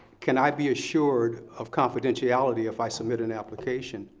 can i be assured of confidentiality if i submit an application,